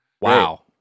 Wow